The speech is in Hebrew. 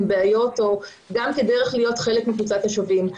עם בעיות וגם כדרך להיות חלק מקבוצת השבים.